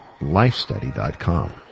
lifestudy.com